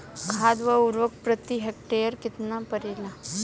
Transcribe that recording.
खाद व उर्वरक प्रति हेक्टेयर केतना परेला?